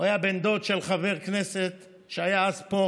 הוא היה בן דוד של חבר כנסת שהיה אז פה,